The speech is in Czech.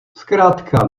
zkrátka